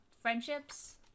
friendships